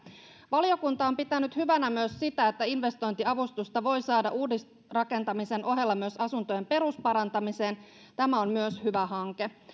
valiokunta on pitänyt hyvänä myös sitä että investointiavustusta voi saada uudisrakentamisen ohella myös asuntojen perusparantamiseen myös tämä on hyvä hanke